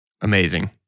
Amazing